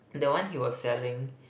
the one he was selling